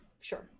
Sure